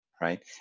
right